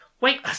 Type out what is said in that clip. Wait